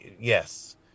Yes